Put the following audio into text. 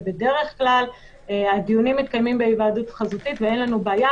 ובדרך כלל הדיונים מתקיימים בהיוועדות חזותית ואין לנו בעיה,